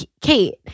Kate